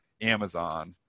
Amazon